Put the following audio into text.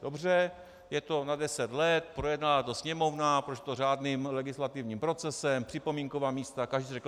Dobře, je to na deset let, projednala to Sněmovna, prošlo to řádným legislativním procesem, připomínková místa, každý k tomu něco řekl.